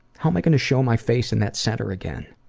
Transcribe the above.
how am i gonna show my face in that center again?